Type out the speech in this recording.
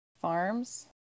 farms